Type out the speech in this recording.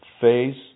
phase